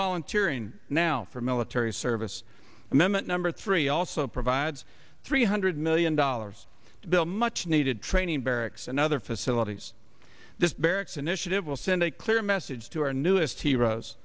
volunteer and now for military service and them at number three also provides three hundred million dollars bill much needed training barracks and other facilities this barracks initiative will send a clear message to our newest heroes